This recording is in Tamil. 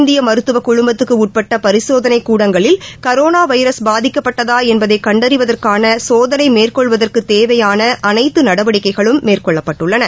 இந்தியமருத்துவக் குழுமத்துக்குஉட்பட்டபரிசோதனைகூடங்களில் கரோணாவைரஸ் பாதிக்கப்பட்டதாஎன்பதைகண்டறிவதற்கானசோதனைமேற்கொள்வதற்குதேவையானஅனைத்துநடவடிக்கைகளு ம் மேற்கொள்ளப்பட்டுள்ளன